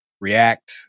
React